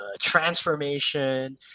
transformation